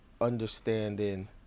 understanding